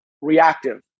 reactive